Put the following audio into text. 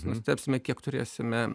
nustebsime kiek turėsime